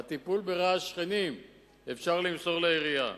את הטיפול ברעש של שכנים אפשר למסור לעירייה,